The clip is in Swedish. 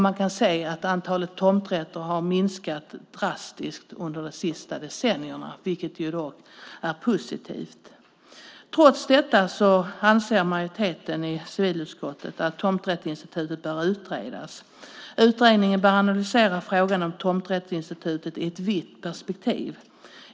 Man kan se att antalet tomträtter har minskat drastiskt under de senaste decennierna, vilket är positivt. Trots detta anser majoriteten i civilutskottet att tomträttsinstitutet bör utredas. Utredningen bör analysera frågan om tomträttsinstitutet i ett vitt perspektiv.